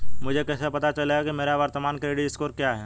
मुझे कैसे पता चलेगा कि मेरा वर्तमान क्रेडिट स्कोर क्या है?